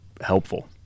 helpful